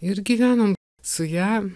ir gyvenom su ja